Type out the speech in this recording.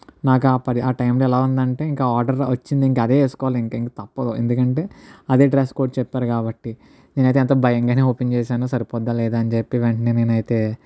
నాకు ఆ పరి ఆ టైంలో నాకు ఎలా ఉందంటే ఇంక ఆర్డర్ వచ్చింది ఇంక అదే వేసుకోవాలి ఇంకా ఇంక తప్పదు ఎందుకంటే అదే డ్రెస్ కోడ్ చెప్పారు కాబట్టి నేను అయితే ఎంతో భయంగానే ఓపెన్ చేసాను సరిపోద్దా లేదా అని చెప్పి వెంటనే నేను అయితే